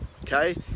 okay